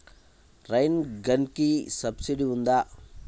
Rain గన్కి subsidy ఉందా?